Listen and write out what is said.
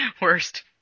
Worst